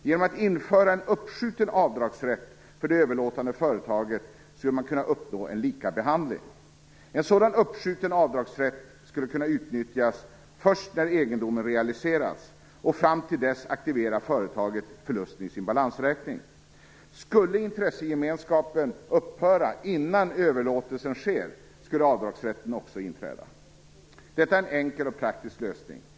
Genom att införa en uppskjuten avdragsrätt för det överlåtande företaget skulle man kunna uppnå en likabehandling. En sådan uppskjuten avdragsrätt skulle kunna utnyttjas först när egendomen realiserats, och fram till dess aktiverar företaget förlusten i sin balansräkning. Skulle intressegemenskapen upphöra innan överlåtelsen sker, skulle avdragsrätten också inträda. Detta är en enkel och praktisk lösning.